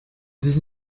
dix